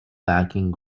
backing